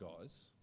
guys